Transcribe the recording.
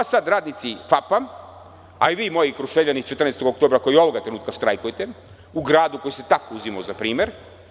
Sada radnici „FAP“, a i vi moji Kruševljani „14 Oktobra“, koji ovog trenutka štrajkujete u gradu koji se tako uzimao za primer.